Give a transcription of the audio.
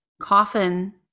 coffin